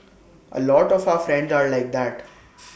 A lot of our friends are like that